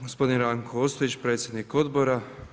Gospodin Ranko Ostojić, predsjednik Odbora.